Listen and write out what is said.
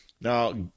now